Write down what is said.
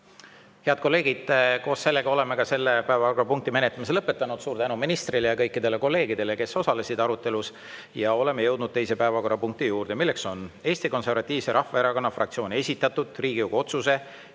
Head kolleegid! Koos sellega oleme selle päevakorrapunkti menetlemise lõpetanud. Suur tänu ministrile ja kõikidele kolleegidele, kes arutelus osalesid! Oleme jõudnud teise päevakorrapunkti juurde, mis on Eesti Konservatiivse Rahvaerakonna fraktsiooni esitatud Riigikogu otsuse